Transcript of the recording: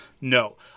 No